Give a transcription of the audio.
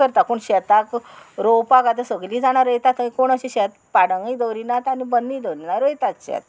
करता पूण शेतांक रोंवपाक आतां सगळीं जाणां रोयंता थंय कोण अशें शेत पाडंगय दवरिनात आनी बन्नूय दवरिना रोयतात शेत